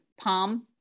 palm